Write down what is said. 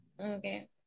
Okay